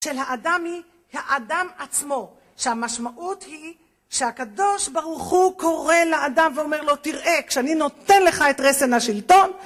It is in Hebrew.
של האדם היא האדם עצמו שהמשמעות היא שהקדוש ברוך הוא קורא לאדם ואומר לו תראה כשאני נותן לך את רסן השלטון